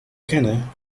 kennen